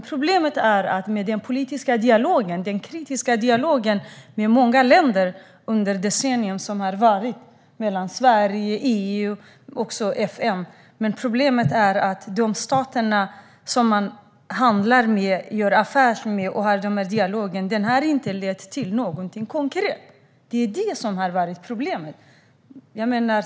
Problemet med de kritiska dialogerna mellan till exempel Sverige, EU och FN och många länder under det decennium som har varit är att det inte har lett till någonting konkret i de stater som man handlar med, gör affärer med och har de här dialogerna med. Det är det som har varit problemet.